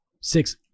six